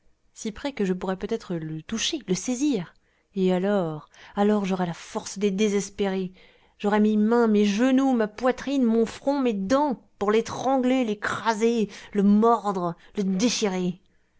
si près que je pourrais peut-être le toucher le saisir et alors alors j'aurais la force des désespérés j'aurais mes mains mes genoux ma poitrine mon front mes dents pour l'étrangler l'écraser le mordre le déchirer